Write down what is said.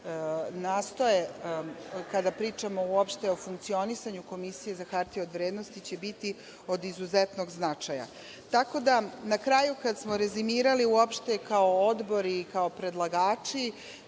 nastoje kada pričamo, uopšte o funkcionisanju Komisije za hartije od vrednosti, će biti od izuzetnog značaja. Tako da, na kraju, kada smo rezimirali kao odbor i kao predlagači,